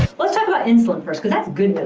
let's talk about insulin first, cause that's good but